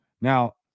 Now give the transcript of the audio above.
Now